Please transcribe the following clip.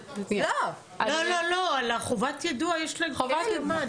לא, על חובת היידוע יש להם הסכמה.